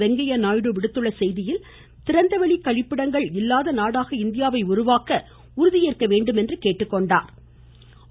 வெங்கய்ய நாயுடு விடுத்துள்ள செய்தியில் திறந்தவெளி கழிப்பிடங்கள் இல்லாத நாடாக இந்தியாவை உருவாக்க உறுதியேற்க வேண்டும் என்று கேட்டுக்கொண்டார்